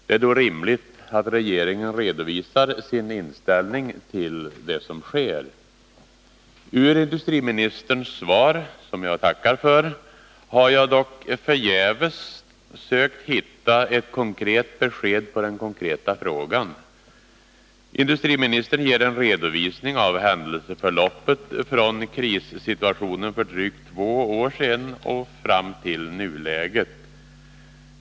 Det är då rimligt att regeringen redovisar sin inställning till det som sker. I industriministerns svar, som jag tackar för, har jag dock förgäves sökt hitta ett konkret besked på den konkreta frågan. Industriministern ger en redovisning av händelseförloppet, från krissituationen för drygt två år sedan fram till nuläget.